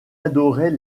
adorait